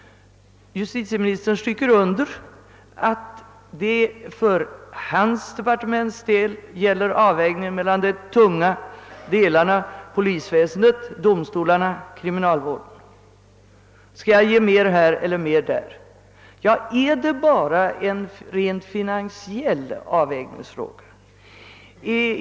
Justitieministern stryker under att det för hans del gäller avdelningen mellan de tunga avsnitten: polisväsendet, domstolarna och kriminalvården. Skall det ges mer här eller där? Ja, är det bara en rent finansiell avvägningsfråga?